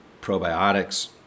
probiotics